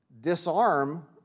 disarm